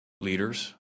leaders